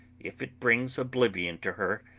if it brings oblivion to her,